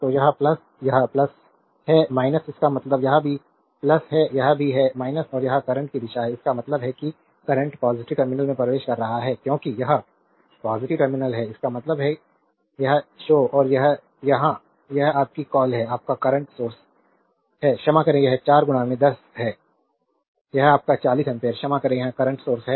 तो यह यह है इसका मतलब यह भी है यह भी है और यह करंट की दिशा है इसका मतलब है कि करंट पॉजिटिव टर्मिनल में प्रवेश कर रहा है क्योंकि यह पॉजिटिव टर्मिनल है इसका मतलब है यह शो और यह यहाँ यह आपकी कॉल है यह आपका करंट सोर्स है क्षमा करें यह 4 10 है यह आपका 4 एम्पीयर क्षमा करें यह करंट सोर्स है